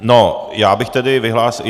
No, já bych tedy vyhlásil...